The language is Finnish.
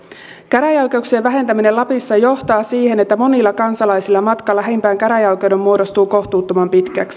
käräjäoikeuksien vähentäminen lapissa johtaa siihen että monilla kansalaisilla matka lähimpään käräjäoikeuteen muodostuu kohtuuttoman pitkäksi